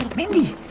mindy.